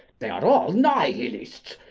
they are all nihilists!